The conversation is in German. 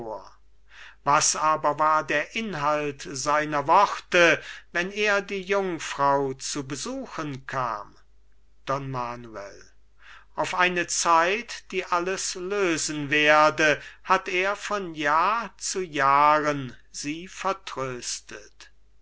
was aber war der inhalt seiner worte wenn er die jungfrau zu besuchen kam don manuel auf eine zeit die alles lösen werde hat er von jahr zu jahren sie vertröstet